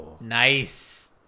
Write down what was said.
Nice